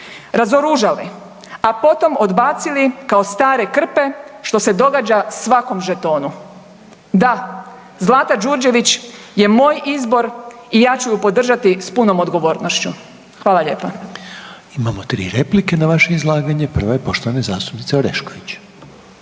razoružali a potom odbacili kao stare krpe što se događa svakom žetonu. Da, Zlata Đurđević je moj izbor i ja ću je podržati sa punom odgovornošću. Hvala lijepa. **Reiner, Željko (HDZ)** Imamo tri replike na vaše izlaganje. Prva je poštovane zastupnice Orešković.